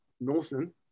Northland